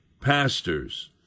pastors